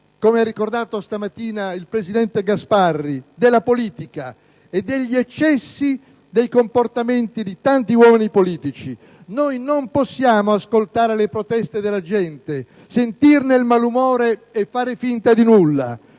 come ha ricordato stamattina il presidente Gasparri - della politica e degli eccessi dei comportamenti di tanti uomini politici. Noi non possiamo ascoltare le proteste della gente, sentirne il malumore e far finta di nulla;